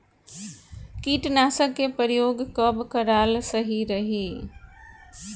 कीटनाशक के प्रयोग कब कराल सही रही?